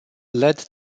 led